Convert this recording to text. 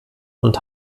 und